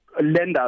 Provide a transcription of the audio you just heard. Lenders